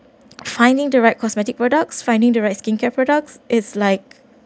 finding the right cosmetic products finding the right skincare products it's like